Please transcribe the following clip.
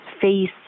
face